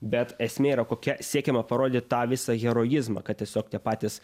bet esmė yra kokia siekiama parodyti tą visą heroizmą kad tiesiog tie patys